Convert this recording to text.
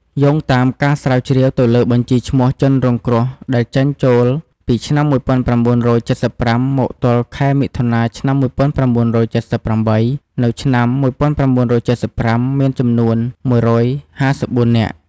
យោងតាមការស្រាវជ្រាវទៅលើបញ្ជីឈ្មោះជនរងគ្រោះដែលចេញចូលពីឆ្នាំ១៩៧៥ មកទល់ខែមិថុនាឆ្នាំ១៩៧៨ នៅឆ្នាំ១៩៧៥ មានចំនួន១៥៤នាក់ ។